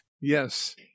Yes